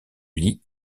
lie